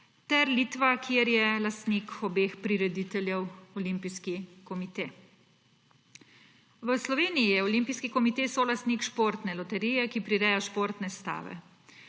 ter Litva, kjer je lastnik obeh prirediteljev olimpijski komite. V Sloveniji je Olimpijski komite solastnik Športne loterije, ki prireja športne stave.